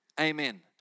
Amen